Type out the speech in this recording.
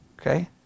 Okay